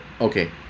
okay